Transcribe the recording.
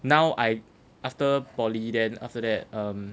now I after poly then after that um